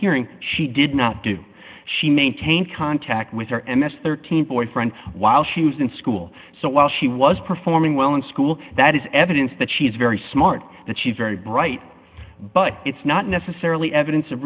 hearing she did not do she maintain contact with her and this thirteen boyfriend while she was in school so while she was performing well in school that is evidence that she's very smart that she's very bright but it's not necessarily evidence of